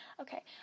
Okay